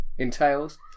Entails